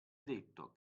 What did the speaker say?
detto